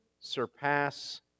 surpass